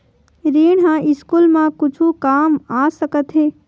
ऋण ह स्कूल मा कुछु काम आ सकत हे?